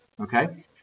okay